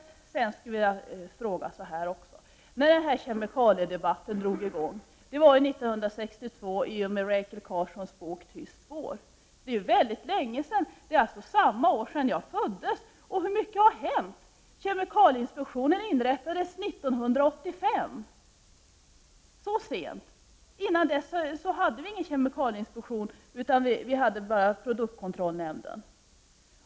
Kemikaliedebatten drog i gång 1962 i och med Rachel Carsons bok Tyst vår. Det är väldigt länge sedan. Det var samma år som jag föddes, och hur mycket har hänt? Kemikalieinspektionen inrättades 1985, så sent. Innan dess hade vi ingen kemikalieinspektion, utan bara produktkontrollnämnden.